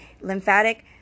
lymphatic